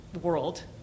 world